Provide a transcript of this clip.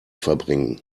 verbringen